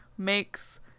Makes